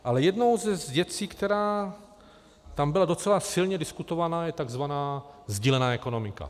Ale jednou z věcí, která tam byla docela silně diskutovaná, je tzv. sdílená ekonomika.